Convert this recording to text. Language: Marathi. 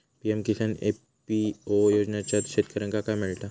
पी.एम किसान एफ.पी.ओ योजनाच्यात शेतकऱ्यांका काय मिळता?